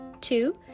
Two